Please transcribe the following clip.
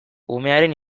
umearen